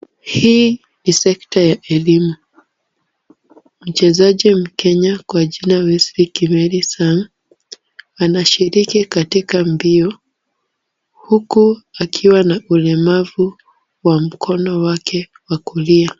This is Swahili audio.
Hii ni [sc]sector ya elimu, mchezaji mkenya kwa jina Welsely Kimeli Sang anashiriki katika mbio, huku akiwa na ulemavu kwa mkono wake wa kulia.